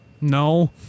No